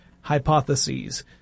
hypotheses